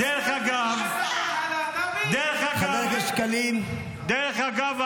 -- דרך אגב,